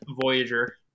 Voyager